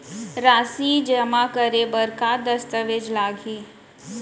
राशि जेमा करे बर का दस्तावेज लागही?